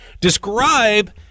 Describe